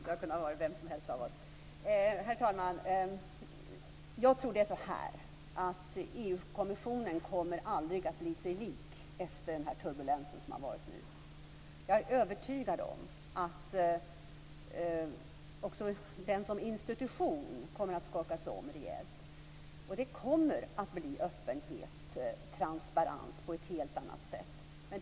Herr talman! Jag tror att EU-kommissionen inte kommer att bli sig lik efter den turbulens som har varit. Jag är övertygad om att den, som institution, kommer att skakas om rejält. Det kommer att bli öppenhet och transparens på ett helt annat sätt.